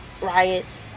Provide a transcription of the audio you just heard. riots